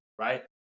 right